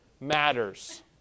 matters